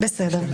בסדר.